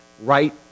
Right